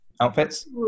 outfits